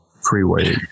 freeway